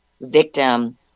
victim